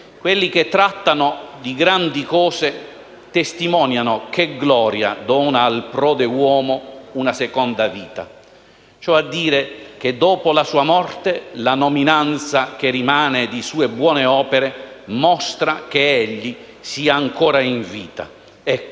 quelli che trattano di grandi cose testimoniano, che gloria dona al prode uomo una seconda vita, ciò è a dire, che dopo la sua morte, la nominanza che rimane di sue buone opere mostra ch'egli sia ancora in vita».